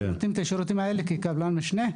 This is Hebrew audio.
אנחנו נותנים את שירותי חינוך ורווחה כקבלן משנה.